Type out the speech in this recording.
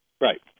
Right